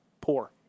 Poor